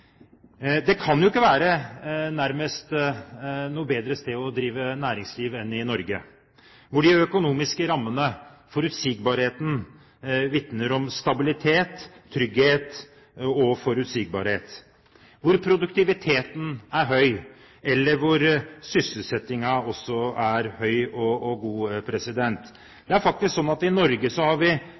Det kan jo ikke være noe bedre sted å drive næringsliv enn i Norge, hvor de økonomiske rammene vitner om stabilitet, trygghet og forutsigbarhet, hvor produktiviteten er høy og hvor sysselsettingen også er høy. Det er faktisk slik at vi i Norge, som et av de få landene, har